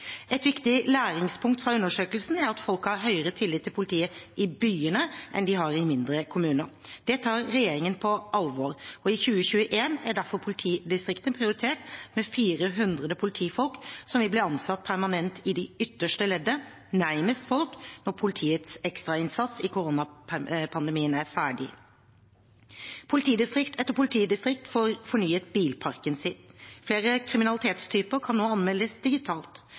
Et viktig læringspunkt fra undersøkelsen er at folk har høyere tillit til politiet i byene enn de har i mindre kommuner. Det tar regjeringen på alvor, og i 2021 er derfor politidistriktene prioritert med 400 politifolk som vil bli ansatt permanent i det ytterste leddet, nærmest folk, når politiets ekstrainnsats i koronapandemien er ferdig. Politidistrikt etter politidistrikt får fornyet bilparken sin. Flere kriminalitetstyper kan nå anmeldes digitalt.